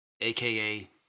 aka